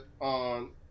on